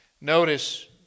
Notice